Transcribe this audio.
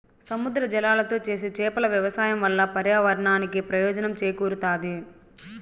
సముద్ర జలాలతో చేసే చేపల వ్యవసాయం వల్ల పర్యావరణానికి ప్రయోజనం చేకూరుతాది